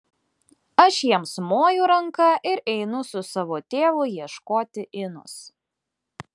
aš jiems moju ranka ir einu su savo tėvu ieškoti inos